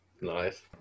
Nice